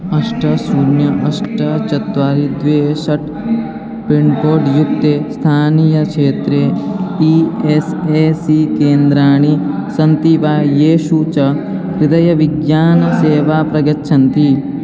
अष्ट शून्यम् अष्ट चत्वारि द्वे षट् पिन्कोड् युक्ते स्थानीयक्षेत्रे ई एस् ए सी केन्द्राणि सन्ति वा येषु च हृदयविज्ञानसेवा प्रयच्छन्ति